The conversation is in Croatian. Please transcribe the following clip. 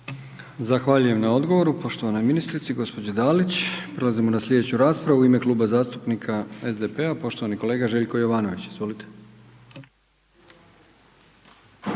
Zahvaljujem na odgovoru, poštovanoj ministrici gospođi Dalić. Prelazimo na sljedeću raspravu u ime Kluba zastupnika SDP-a poštovani kolega Željko Jovanović. Izvolite.